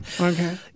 Okay